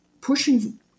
pushing